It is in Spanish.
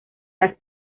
las